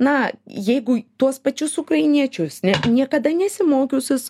na jeigu tuos pačius ukrainiečius net niekada nesimokiusius